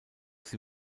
sie